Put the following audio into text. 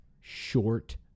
short